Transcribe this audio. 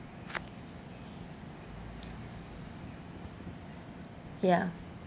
ya